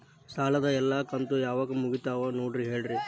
ಸಾಲದ ಎಲ್ಲಾ ಕಂತು ಯಾವಾಗ ಮುಗಿತಾವ ನೋಡಿ ಹೇಳ್ರಿ